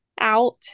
out